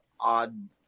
odd